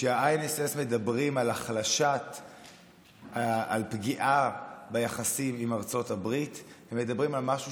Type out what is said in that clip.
כשה-INSS מדברים על פגיעה ביחסים עם ארצות הברית הם מדברים על משהו